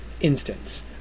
instance